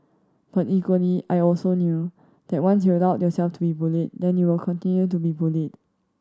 but equally I also knew that once you allow yourself to be bullied then you will continue to be bullied